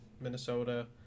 Minnesota